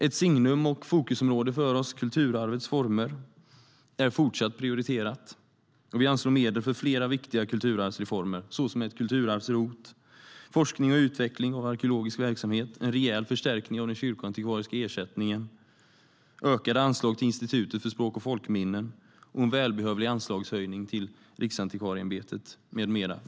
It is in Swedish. Ett signum och fokusområde för oss - kulturarvets former - är fortsatt prioriterat. Och vi anslår medel för flera viktiga kulturarvsreformer, såsom ett kulturarvs-ROT, forskning och utveckling av arkeologisk verksamhet, en rejäl förstärkning av den kyrkoantikvariska ersättningen, ökade anslag till Institutet för språk och folkminnen och en välbehövlig anslagshöjning till Riksantikvarieämbetet med mera.